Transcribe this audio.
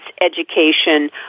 education